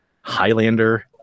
Highlander